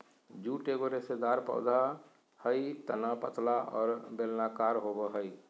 jute एगो रेशेदार पौधा हइ तना पतला और बेलनाकार होबो हइ